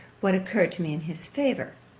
what occurred to me in his favour.